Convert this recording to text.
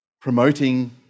promoting